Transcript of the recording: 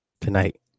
tonight